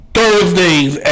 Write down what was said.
Thursdays